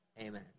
Amen